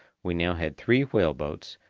we now had three whale-boats,